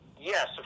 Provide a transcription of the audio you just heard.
Yes